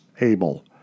Abel